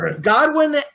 Godwin